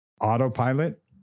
Autopilot